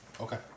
Okay